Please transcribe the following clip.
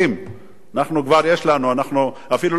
אנחנו כבר יש לנו, אנחנו אפילו לא צריכים צבא.